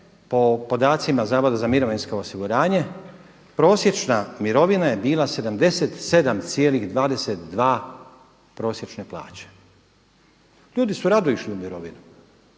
po podacima Zavoda za mirovinsko osiguranje prosječna mirovina je bila 77,22 prosječne plaće. Ljudi su rado išli u mirovinu.